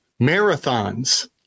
Marathons